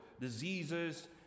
diseases